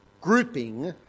grouping